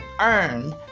earn